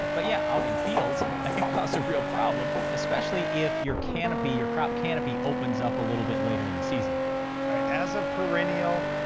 but yeah, out in fields, that can cause a real problem especially if your canopy your crop canopy opens up a little bit later in the season. d alright, as a perennial,